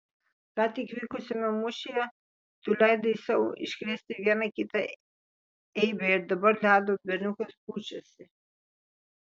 ką tik vykusiame mūšyje tu leidai sau iškrėsti vieną kitą eibę ir dabar ledo berniukas pučiasi